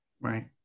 Right